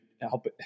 help